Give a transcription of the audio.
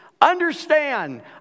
understand